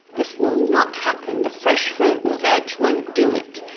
this will not happen. the fresh fruit and veg won't do it.